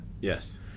Yes